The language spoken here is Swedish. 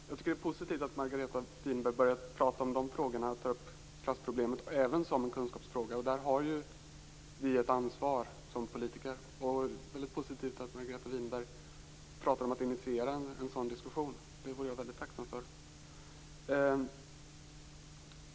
Herr talman! Jag tycker att det är positivt att Margareta Winberg börjar prata om de frågorna och tar upp klassproblemet även som en kunskapsfråga. Där har vi ett ansvar som politiker. Det är väldigt positivt att Margareta Winberg pratar om att initiera en sådan diskussion. Det vore jag väldigt tacksam för.